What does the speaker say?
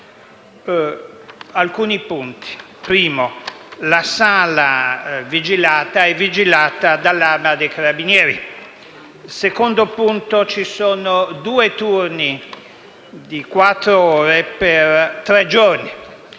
alcuni punti. In primo luogo, la sala è vigilata dall'Arma dei carabinieri. In secondo luogo, ci sono due turni di quattro ore per tre giorni.